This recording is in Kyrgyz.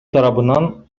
тарабынан